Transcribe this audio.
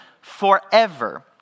forever